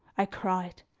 i cried,